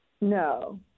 No